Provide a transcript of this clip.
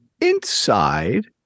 inside